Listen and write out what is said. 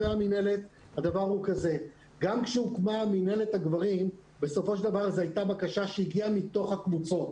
גם כשהוקמה מינהלת הגברים זאת הייתה בקשה שהגיעה מתוך הקבוצות.